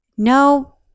No